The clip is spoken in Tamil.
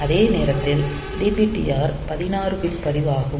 அதே நேரத்தில் DPTR 16 பிட் பதிவு ஆகும்